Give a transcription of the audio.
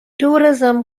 tourism